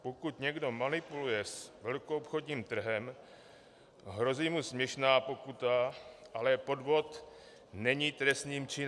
Pokud někdo manipuluje s velkoobchodním trhem, hrozí mu směšná pokuta, ale podvod není trestným činem.